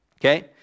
okay